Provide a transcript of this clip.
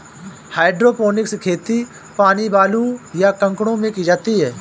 hydroponics खेती पानी, बालू, या कंकड़ों में की जाती है